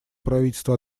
правительство